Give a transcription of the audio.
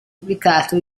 pubblicato